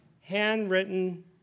handwritten